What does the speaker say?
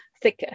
thicker